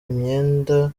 imyenda